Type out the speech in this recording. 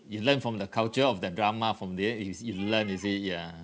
you learn from the culture of the drama from there is you learn you see yeah